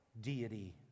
deity